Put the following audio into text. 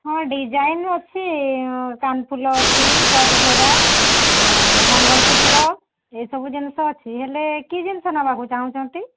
ହଁ ଡିଜାଇନ୍ ଅଛି କାନଫୁଲ ଅଛି ଟପ୍ ଝରା ଆଉ ମଙ୍ଗଳସୂତ୍ର ଏଇସବୁ ଜିନିଷ ଅଛି ହେଲେ କି ଜିନଷ ନେବାକୁ ଚାହୁଁଛନ୍ତି